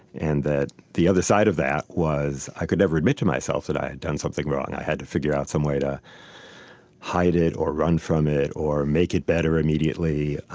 and that the other side of that was i could never admit to myself that i'd done something wrong. i had to figure out some way to hide it, or run from it, or make it better immediately.